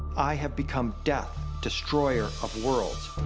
i have become death, destroyer of worlds.